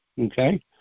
okay